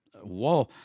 Whoa